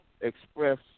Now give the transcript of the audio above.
express